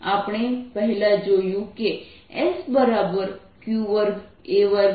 આપણે પહેલા જોયું કે Sq2a21620c3sin2r2 છે